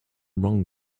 wrong